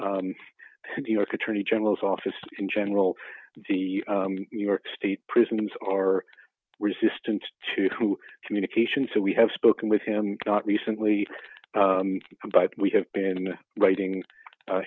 the york attorney general's office in general the new york state prisons are resistant to communication so we have spoken with him not recently but we have been writing